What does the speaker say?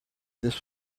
this